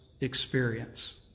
experience